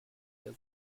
ihr